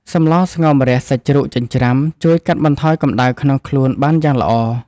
សម្លស្ងោរម្រះសាច់ជ្រូកចិញ្ច្រាំ ជួយកាត់បន្ថយកំដៅក្នុងខ្លួនបានយ៉ាងល្អ។